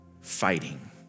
fighting